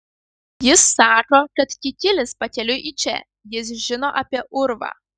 jis sako kad kikilis pakeliui į čia jis žino apie urvą